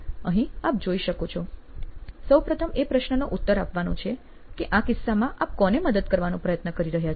અહીં આપ જોઈ શકો છો સૌપ્રથમ એ પ્રશ્નનો ઉત્તર આપવાનો છે કે આ કિસ્સામાં આપ કોને મદદ કરવાનો પ્રયત્ન કરી રહ્યા છો